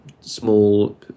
small